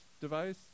device